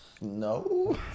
No